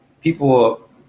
people